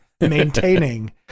maintaining